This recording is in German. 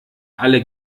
alle